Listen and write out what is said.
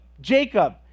Jacob